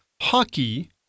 hockey